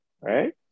Right